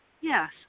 yes